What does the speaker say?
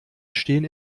stehen